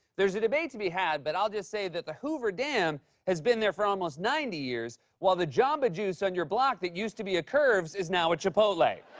there is debate to be had, but i'll just say that the hoover dam has been there for almost ninety years, while the jamba juice on your block that used to be a curves is now a chipotle.